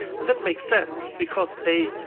and that makes sense because they